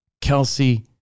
Kelsey